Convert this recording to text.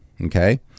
Okay